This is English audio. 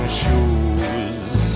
shoes